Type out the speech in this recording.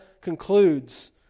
concludes